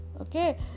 okay